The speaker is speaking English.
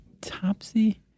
Topsy